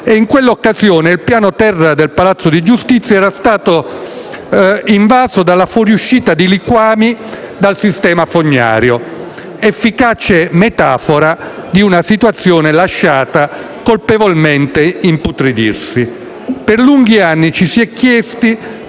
In quell'occasione il piano terra del palazzo di giustizia era stato invaso dalla fuoriuscita di liquami dal sistema fognario: efficace metafora di una situazione lasciata colpevolmente a imputridirsi. Per lunghi anni ci si è chiesti